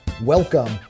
Welcome